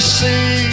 see